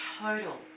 total